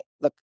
look